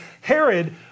Herod